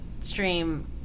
stream